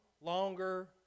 longer